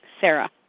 Sarah